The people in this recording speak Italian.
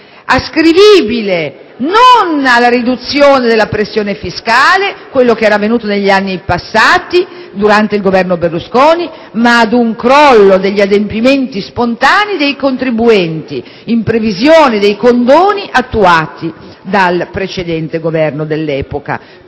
ascrivibile non alla riduzione della pressione fiscale", avvenuta negli anni passati durante il Governo Berlusconi "ma ad un crollo degli adempimenti spontanei dei contribuenti in previsione dei condoni attuati dal Governo precedente",